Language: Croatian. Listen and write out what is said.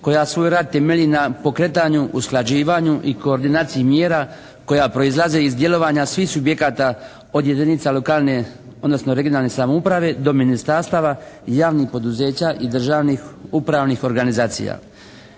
koja svoj rad temelji na pokretanju, usklađivanju i koordinaciji mira koja proizlaze iz djelovanja svih subjekata od jedinica lokalne, odnosno regionalne samouprave do ministarstava i javnih poduzeća i državnih upravnih organizacija.